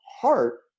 heart